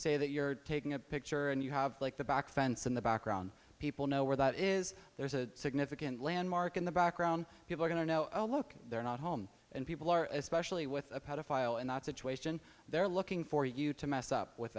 that you're taking a picture and you have like the back fence in the background people know where that is there's a significant landmark in the background people are going to know oh look they're not home and people are especially with a pedophile in that situation they're looking for you to mess up with